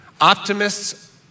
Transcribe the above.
optimists